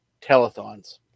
Telethons